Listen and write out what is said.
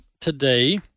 today